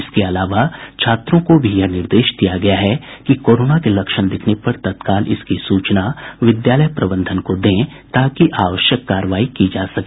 इसके अलावा छात्रों को भी यह निर्देश दिया गया है कि कोरोना के लक्षण दिखने पर तत्काल इसकी सूचना विद्यालय प्रबंधन को दें ताकि आवश्यक कार्रवाई की जा सके